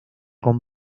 con